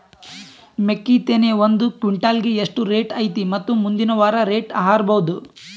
ಮೆಕ್ಕಿ ತೆನಿ ಒಂದು ಕ್ವಿಂಟಾಲ್ ಗೆ ಎಷ್ಟು ರೇಟು ಐತಿ ಮತ್ತು ಮುಂದಿನ ವಾರ ರೇಟ್ ಹಾರಬಹುದ?